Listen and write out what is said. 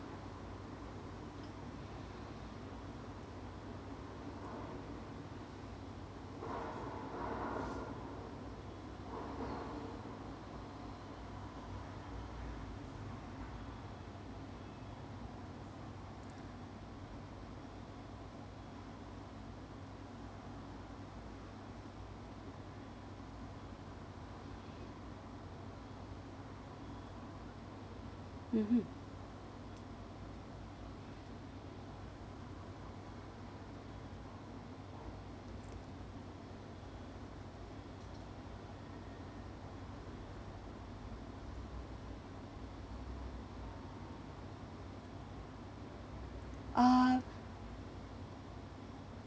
mmhmm uh